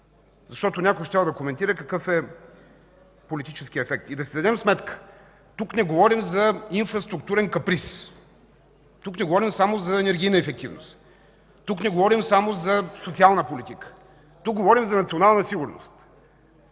защото някой щял да коментира какъв е политическият ефект. Да си дадем сметка – тук не говорим за инфраструктурен каприз. Тук не говорим само за енергийна ефективност, тук не говорим само за социална политика. Тук говорим за национална сигурност.